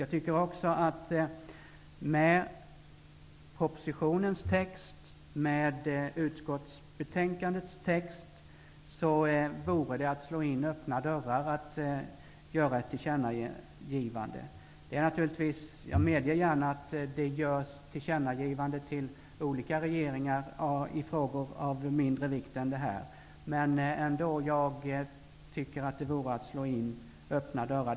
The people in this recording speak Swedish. Jag tycker också att med propositionens text och med utskottsbetänkandets text vore det att slå in öppna dörrar att göra ett tillkännagivande. Jag medger gärna att det har gjorts tillkännagivanden till olika regeringar i frågor av mindre vikt än den här, men jag tycker som sagt ändå att det vore att slå in öppna dörrar.